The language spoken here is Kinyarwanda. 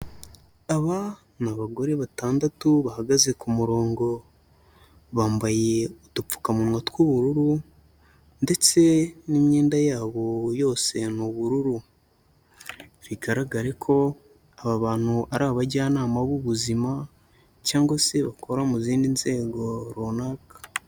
Aba ni abagore batandatu bahagaze ku murongo, bambaye udupfukamunwa tw'ubururu ndetse n'imyenda yabo yose ni ubururu, bigaragare ko aba bantu ari abajyanama b'ubuzima cyangwa se bakora mu zindi nzego runaka.